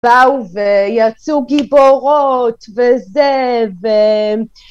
באו ויצאו גיבורות וזה ו...